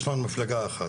יש לנו מפלגה אחת,